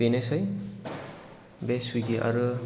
बेनोसै बे सुविगि आरो